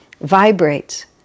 vibrates